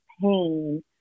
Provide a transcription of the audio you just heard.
pain